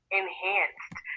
enhanced